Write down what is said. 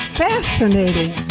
fascinating